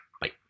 Bye